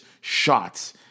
shots